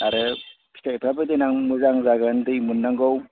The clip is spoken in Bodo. आरो फिथाइफ्राबो देनां मोजां जागोन दै मोननांगौ